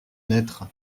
naître